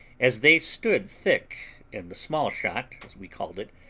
as they stood thick, and the small shot, as we called it,